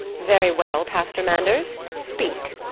very well, pastor manders. speak.